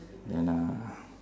then uh